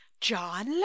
john